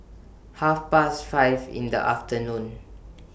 Half Past five in The afternoon